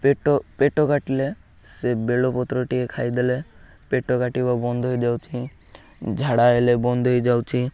ପେଟ ପେଟ କାଟିଲେ ସେ ବେଲ ପତ୍ର ଟିକେ ଖାଇଦେଲେ ପେଟ କାଟିବ ବନ୍ଦ ହେଇଯାଉଛି ଝାଡ଼ା ହେଲେ ବନ୍ଦ ହେଇଯାଉଛି